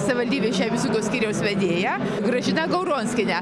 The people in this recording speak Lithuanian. savivaldybės žemės ūkio skyriaus vedėją gražiną gauronskienę